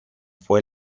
fue